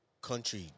country